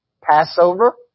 Passover